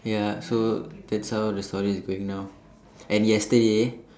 ya so that's all the story is going now and yesterday